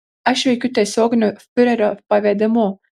aš veikiu tiesioginiu fiurerio pavedimu